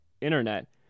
internet